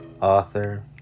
author